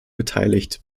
beteiligt